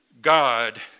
God